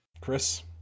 Chris